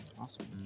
Awesome